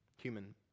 human